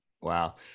wow